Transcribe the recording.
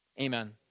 Amen